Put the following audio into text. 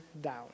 down